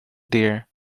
dear